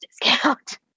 discount